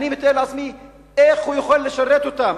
אני מתאר לעצמי איך הוא יכול לשרת אותם.